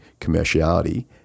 commerciality